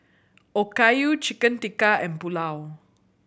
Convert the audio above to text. Okayu Chicken Tikka and Pulao